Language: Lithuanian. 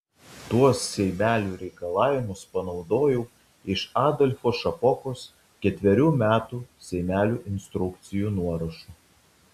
tuos seimelių reikalavimus panaudojau iš adolfo šapokos ketverių metų seimelių instrukcijų nuorašų